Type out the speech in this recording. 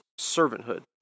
servanthood